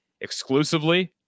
exclusively